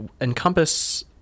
encompass